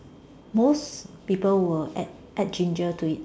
most people will add add ginger to it